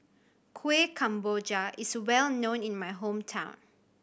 Kueh Kemboja is well known in my hometown